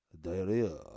Diarrhea